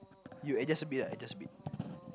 you adjust a bit ah adjust a bit